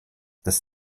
das